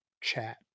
chat